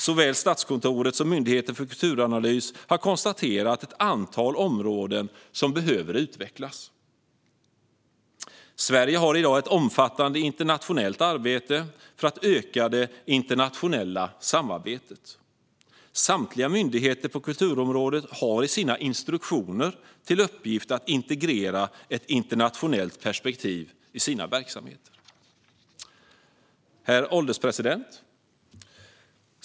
Såväl Statskontoret som Myndigheten för kulturanalys har konstaterat att det finns ett antal områden som behöver utvecklas. Sverige har i dag ett omfattande arbete för att öka det internationella samarbetet. Samtliga myndigheter på kulturområdet har i sina instruktioner till uppgift att integrera ett internationellt perspektiv i sina verksamheter. Herr ålderspresident!